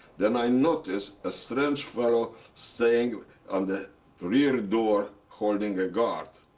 then i notice a strange fellow, staying on the rear door holding a guard.